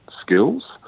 skills